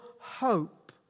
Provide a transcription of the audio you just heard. hope